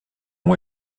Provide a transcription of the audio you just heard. moi